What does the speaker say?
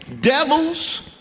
Devils